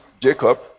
Jacob